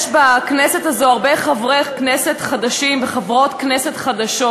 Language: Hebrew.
יש בכנסת הזאת הרבה חברי כנסת חדשים וחברות כנסת חדשות,